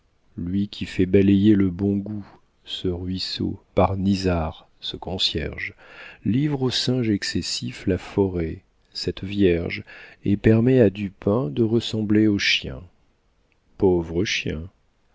lui qui fait balayer le bon goût ce ruisseau par nisard ce concierge livre au singe excessif la forêt cette vierge et permet à dupin de ressembler aux chiens